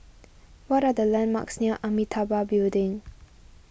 what are the landmarks near Amitabha Building